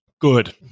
good